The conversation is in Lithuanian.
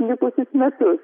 likusius metus